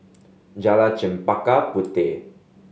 Jalan Chempaka Puteh